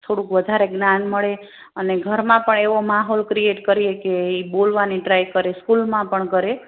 થોડુંક વધારે જ્ઞાન મળે અને ઘરમાં પણ એવો માહોલ ક્રિએટ કરીએ કે એ બોલવાની ટ્રાય કરે સ્કૂલમાં પણ કરે